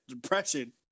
depression